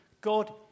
God